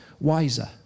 wiser